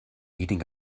eating